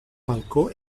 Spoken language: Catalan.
balcó